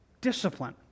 discipline